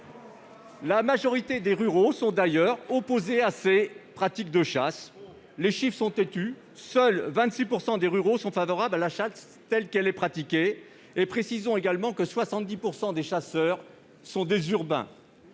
La majorité des ruraux sont d'ailleurs opposés à ces pratiques de chasse. Les chiffres sont têtus : seuls 26 % des ruraux sont favorables à la chasse telle qu'elle est pratiquée et 70 % des chasseurs sont des urbains-